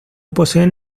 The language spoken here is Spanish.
poseen